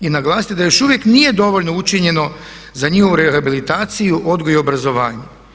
I naglasiti da još uvijek nije dovoljno učinjeno za njihovu rehabilitaciju, odgoj i obrazovanje.